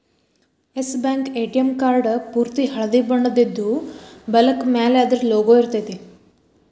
S bank ATM card ಪೂರ್ತಿ ಹಳ್ದಿ ಬಣ್ಣದಿದ್ದು, ಬಲಕ್ಕ ಮ್ಯಾಲೆ ಅದರ್ದ್ ಲೊಗೊ ಇರ್ತೆತಿ